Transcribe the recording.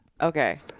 Okay